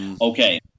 Okay